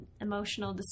Emotional